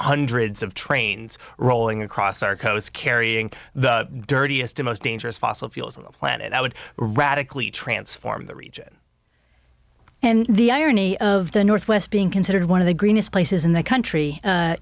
hundreds of trains rolling across our coast carrying the dirtiest a most dangerous fossil fuels on the planet that would radically transform the region and the irony of the northwest being considered one of the greenest places in the country